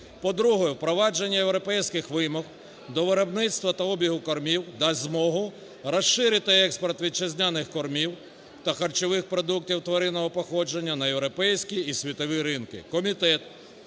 По-друге, впровадження європейських вимог до виробництва та обігу кормів дасть змогу розширити експорт вітчизняних кормів та харчових продуктів тваринного походження на європейський і світовий ринки.